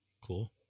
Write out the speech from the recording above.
Cool